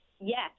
Yes